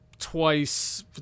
twice